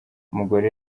umugore